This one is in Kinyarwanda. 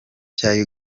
cya